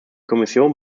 kommission